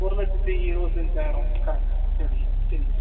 ஒரு லட்சத்தி இருபத்தஞ்சாயிரம் கரெக்ட் சரி சரியா